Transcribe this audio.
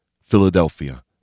Philadelphia